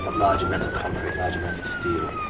but large amounts of concrete, large amounts of steel,